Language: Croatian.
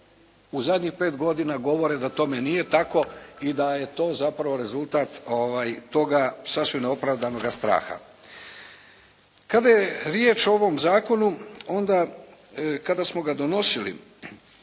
u zadnjih pet godina govore da tome nije tako i da je to zapravo rezultat toga sasvim neopravdanoga straha. Kada je riječ o ovom zakonu onda kada smo ga donosili